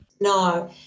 No